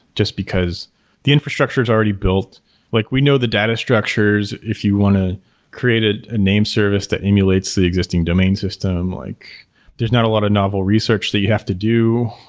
just because the infrastructure is already built like we know the data structures, if you want to create ah a name service that emulates the existing domain system. like there's not a lot of novel research that you have to do.